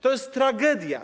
To jest tragedia.